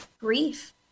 grief